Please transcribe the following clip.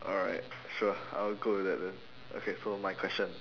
alright sure I'll go with that then okay so my question